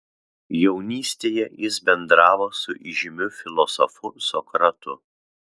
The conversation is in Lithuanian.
jaunystėje jis bendravo su įžymiu filosofu sokratu